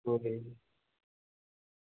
ठीक ऐ